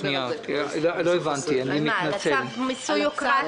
כי מבחינתם הצו הקודם עדיין בתוקף.